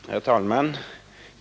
Herr talman!